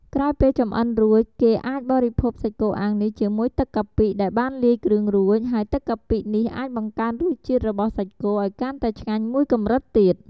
ក្រោយពេលចម្អិនរួច គេអាចបរិភោគសាច់គោអាំងនេះជាមួយទឹកកាពិដែលបានលាយគ្រឿងរួច ហើយទឹកកាពិនេះអាចបង្កើនរសជាតិរបស់សាច់គោឱ្យកាន់តែឆ្ងាញ់មួយកម្រិតទៀត។